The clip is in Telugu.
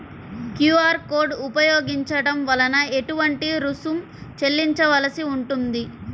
క్యూ.అర్ కోడ్ ఉపయోగించటం వలన ఏటువంటి రుసుం చెల్లించవలసి ఉంటుంది?